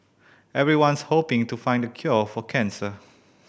everyone's hoping to find the cure for cancer